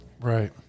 Right